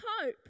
hope